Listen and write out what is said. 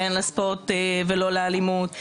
כן לספורט ולא לאלימות,